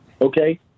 okay